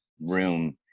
room